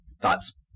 Thoughts